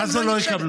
מה זה "לא יקבלו"?